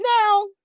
Now